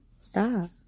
stop